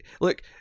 Look